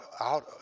out